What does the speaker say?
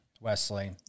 Wesley